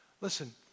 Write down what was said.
Listen